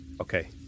Okay